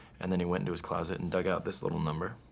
and then he went to his closet and dug out this little number